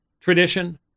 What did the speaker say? tradition